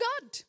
God